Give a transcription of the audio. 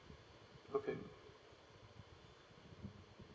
okay